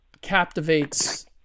captivates